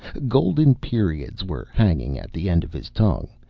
golden periods were hanging at the end of his tongue.